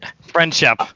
friendship